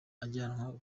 ajyanwa